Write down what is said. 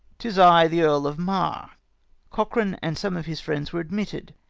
tis i, the earl of mar cochran and some of his friends were admitted.